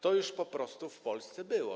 To już po prostu w Polsce było.